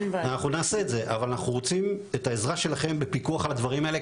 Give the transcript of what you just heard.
אנחנו רוצים את העזרה שלכם בפיקוח על הדברים האלה,